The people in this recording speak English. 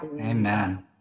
amen